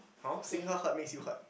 orh seeing her hurt makes you hurt